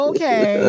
Okay